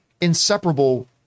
inseparable